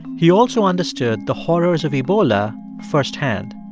he also understood the horrors of ebola firsthand.